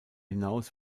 hinaus